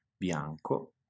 bianco